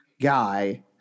guy